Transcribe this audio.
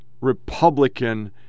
Republican